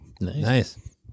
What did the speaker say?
nice